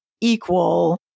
equal